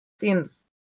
seems